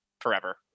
forever